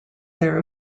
their